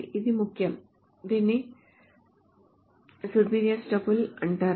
ఇది ముఖ్యం దీనిని స్పూరియస్ టపుల్స్ అంటారు